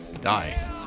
Die